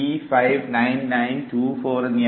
359924 എന്നീ അക്കങ്ങളാണ് നമുക്ക് നൽകിയിരുന്നത്